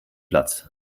platz